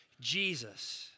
Jesus